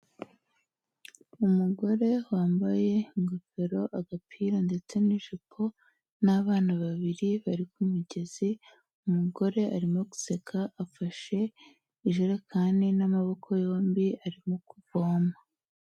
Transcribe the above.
Umugore wambaye ingofero, agapira ndetse n'ijipo n'abana babiri bari ku mugezi, umugore arimo guseka afashe ijerekani n'amaboko yombi, arimo kuvoma.